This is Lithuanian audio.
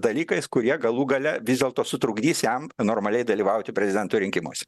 dalykais kurie galų gale vis dėlto sutrukdys jam normaliai dalyvauti prezidento rinkimuose